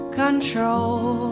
control